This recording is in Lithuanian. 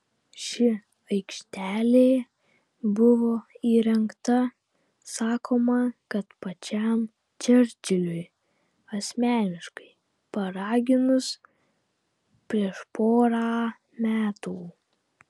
ši aikštelė buvo įrengta sakoma kad pačiam čerčiliui asmeniškai paraginus prieš porą metų